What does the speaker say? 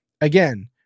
again